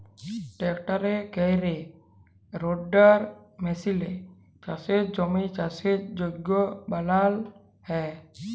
ট্রাক্টরে ক্যরে রোটাটার মেসিলে চাষের জমির চাষের যগ্য বালাল হ্যয়